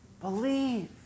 Believe